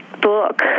book